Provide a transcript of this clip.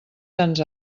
tants